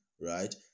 right